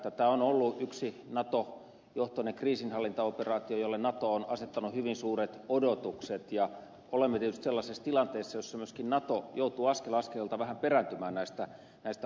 tämä on ollut yksi nato johtoinen kriisinhallintaoperaatio jolle nato on asettanut hyvin suuret odotukset ja olemme tietysti sellaisessa tilanteessa jossa myöskin nato joutuu askel askeleelta vähän perääntymään näistä odotuksista